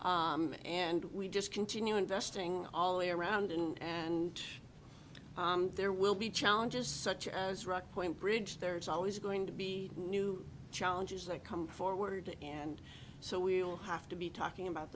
and we just continue investing all around in and there will be challenges such as rock point bridge there's always going to be new challenges that come forward and so we will have to be talking about